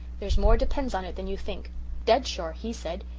there's more depends on it than you think dead sure he said.